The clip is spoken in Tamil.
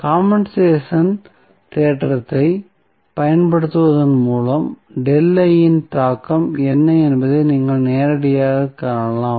காம்பென்சேஷன் தேற்றத்தைப் பயன்படுத்துவதன் மூலம் இன் தாக்கம் என்ன என்பதை நீங்கள் நேரடியாகக் காணலாம்